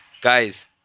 Guys